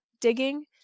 digging